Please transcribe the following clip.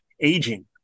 aging